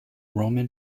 roman